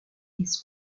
his